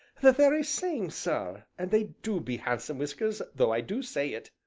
the very same, sir, and they do be handsome whiskers, though i do say it.